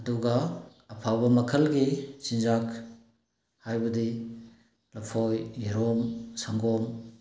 ꯑꯗꯨꯒ ꯑꯐꯕ ꯃꯈꯜꯒꯤ ꯆꯤꯟꯖꯥꯛ ꯍꯥꯏꯕꯗꯤ ꯂꯐꯣꯏ ꯌꯦꯔꯨꯝ ꯁꯪꯒꯣꯝ